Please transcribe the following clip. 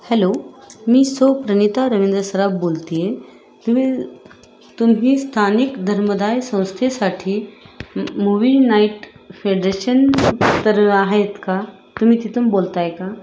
hello मी सौ प्रनिता रविंद्र सराप बोलते आहे तुम्ही तुम्ही स्थानिक धर्मदाय संस्थेसाठी मूव्ही नाईट फेडरेशन तर आहेत का तुम्ही तिथून बोलत आहे का